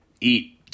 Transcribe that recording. eat